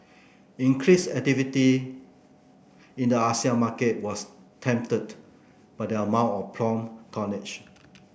increase activity in the ASEAN market was tempered by the amount of prompt tonnage